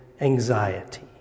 anxiety